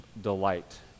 delight